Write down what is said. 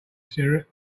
syrup